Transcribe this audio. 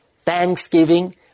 thanksgiving